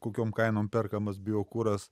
kokiom kainom perkamas biokuras